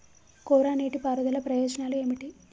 కోరా నీటి పారుదల ప్రయోజనాలు ఏమిటి?